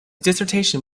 dissertation